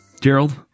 Gerald